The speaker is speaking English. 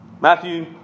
Matthew